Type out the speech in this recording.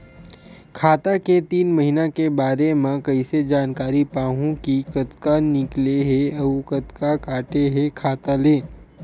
खाता के तीन महिना के बारे मा कइसे जानकारी पाहूं कि कतका निकले हे अउ कतका काटे हे खाता ले?